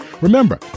Remember